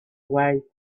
away